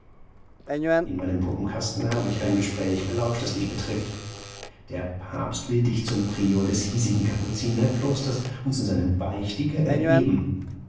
in meinem puppenkasten habe ich ein gespräch belauscht das dich betrifft der papst will dich zum prior des hiesigen kapuzinerklosters und zu seinem beichtiger erheben